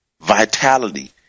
vitality